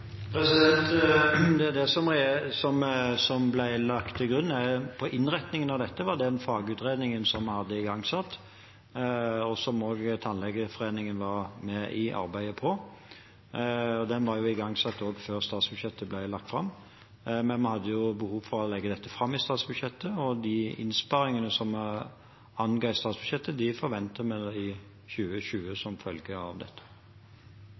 Det som ble lagt til grunn for innretningen av dette, var den fagutredningen som vi hadde igangsatt, og som også Tannlegeforeningen var med i arbeidet om. Den ble igangsatt før statsbudsjettet ble lagt fram, men vi hadde behov for å legge dette fram i statsbudsjettet, og de innsparingene som vi anga i statsbudsjettet, forventer vi i 2020 som følge av dette.